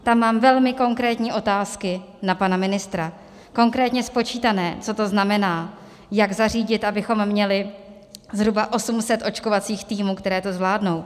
Tam mám velmi konkrétní otázky na pana ministra, konkrétně spočítané, co to znamená, jak zařídit, abychom měli zhruba 800 očkovacích týmů, které to zvládnou.